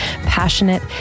passionate